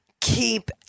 keep